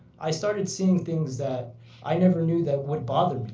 i started seeing things that i never knew that would bother